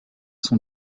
sont